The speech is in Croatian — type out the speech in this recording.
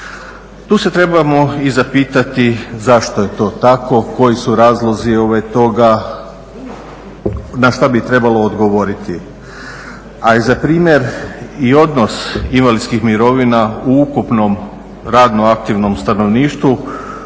Tu se trebamo i zapitati zašto je to tako, koji su razlozi toga, na šta bi trebalo odgovoriti, a i za primjer i odnos invalidskih mirovina u ukupnom radno aktivnom stanovništvu